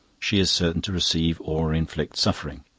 she is certain to receive or inflict suffering.